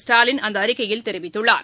ஸ்டாலின் அந்த அறிக்கையில் தெரிவித்துள்ளார்